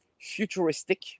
futuristic